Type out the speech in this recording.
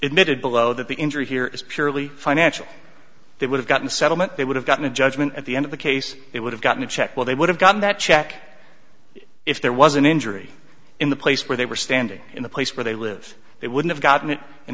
that the injury here is purely financial they would have gotten a settlement they would have gotten a judgment at the end of the case it would have gotten a check while they would have gotten that check if there was an injury in the place where they were standing in the place where they live it would have gotten it in